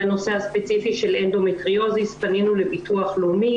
בנושא הספציפי של אנדומטריוזיס פנינו לביטוח לאומי,